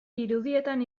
irudietan